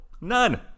None